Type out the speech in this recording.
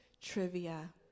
trivia